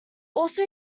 also